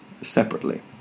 separately